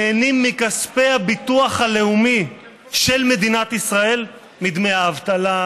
נהנים מכספי הביטוח הלאומי של מדינת ישראל: מדמי האבטלה,